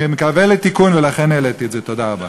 אני מתבייש להגיד את זה למליאה.